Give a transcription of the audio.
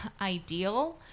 ideal